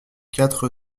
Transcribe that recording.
quatre